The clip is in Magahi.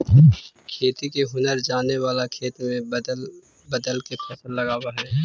खेती के हुनर जाने वाला खेत में बदल बदल के फसल लगावऽ हइ